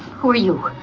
who are you,